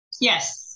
yes